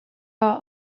are